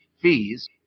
fees